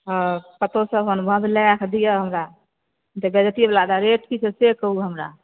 हँ कतौसॅं अपन भाँज लगाके दिअ हमरा ई तऽ बेज्जतीवला रेट की छी से कहूँ हमरा